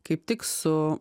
kaip tik su